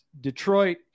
Detroit